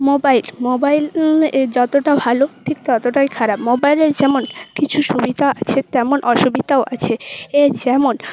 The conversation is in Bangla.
মোবাইল মোবাইল যতটা ভালো ঠিক ততটাই খারাপ মোবাইলে যেমন কিছু সুবিধা আছে তেমন অসুবিধাও আছে এ যেমন